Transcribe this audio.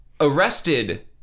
Arrested